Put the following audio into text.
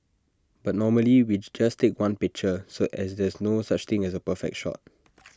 but normally which just take one picture so as there's no such thing as A perfect shot